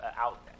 out